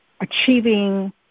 achieving